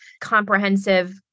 comprehensive